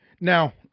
Now